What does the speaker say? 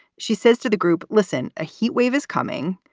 she says to the group, listen, a heat wave is coming.